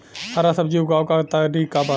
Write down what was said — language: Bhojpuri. हरा सब्जी उगाव का तरीका बताई?